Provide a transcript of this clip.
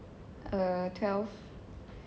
err twelve